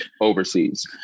overseas